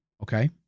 Okay